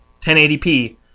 1080p